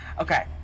Okay